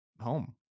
home